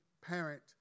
parent